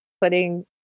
putting